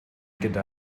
gyda